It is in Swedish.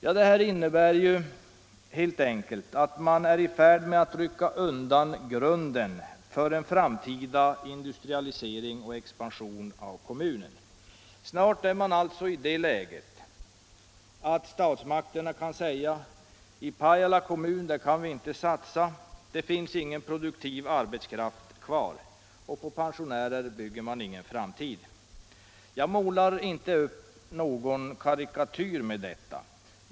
Jo, det innebär helt enkelt att man är i färd Snart är man alltså i det läget att statsmakterna kan säga: I Pajala kan vi inte göra några satsningar — det finns ingen produktiv arbetskraft kvar. På pensionärer bygger man ingen framtid. Om gruvdrift i Jag målar inte upp någon karikatyr med detta.